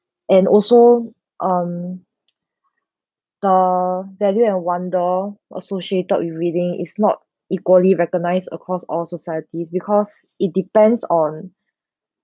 and also um the value and wonder or sushi topped with reading is not equally recognised across all societies because it depends on